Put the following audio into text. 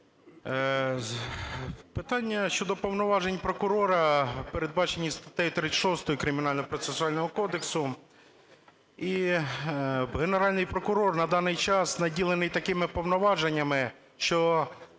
Питання щодо повноважень прокурора передбачені статтею 36 Кримінального процесуального кодексу. І Генеральний прокурор на даний час наділений такими повноваженнями, що